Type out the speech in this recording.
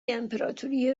امپراتوری